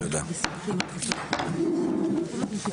הישיבה ננעלה בשעה 10:42.